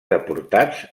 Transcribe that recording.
deportats